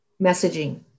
messaging